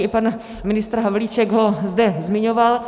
I pan ministr Havlíček ho zde zmiňoval.